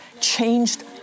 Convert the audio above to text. changed